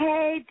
Hey